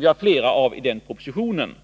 vi har flera av i den aktuella propositionen.